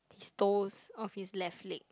his toes of his left leg